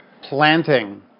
planting